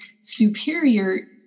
superior